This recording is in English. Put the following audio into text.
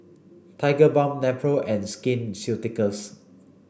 Tigerbalm Nepro and Skin Ceuticals